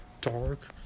dark